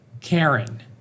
karen